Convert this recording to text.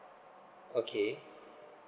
okay